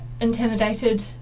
intimidated